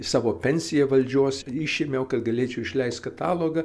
savo pensiją valdžios išėmiau kad galėčiau išleist katalogą